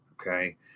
okay